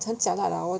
很 jialat ah 我